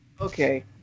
Okay